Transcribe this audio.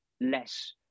less